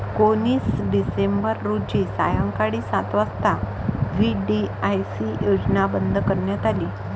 एकोणीस डिसेंबर रोजी सायंकाळी सात वाजता व्ही.डी.आय.सी योजना बंद करण्यात आली